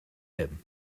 him